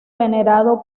venerado